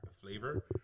flavor